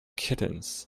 kittens